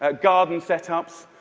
ah garden set-ups,